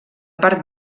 part